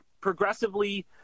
progressively